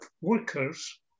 workers